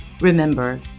Remember